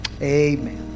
Amen